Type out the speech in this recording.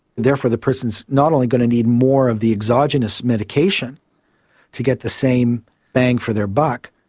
therefore the person is not only going to need more of the exogenous medication to get the same bang for their buck,